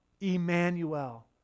Emmanuel